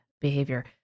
behavior